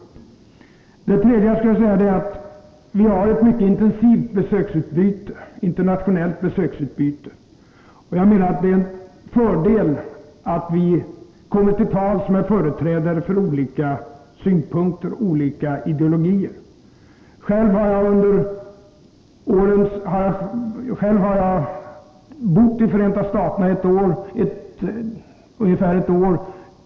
För det tredje vill jag säga att vi har ett mycket intensivt internationellt besöksutbyte, och att det är en fördel att vi kommer till tals med företrädare för olika ståndpunkter och olika ideologier. Själv har jag bott i Förenta staterna ungefär ett år.